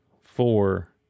four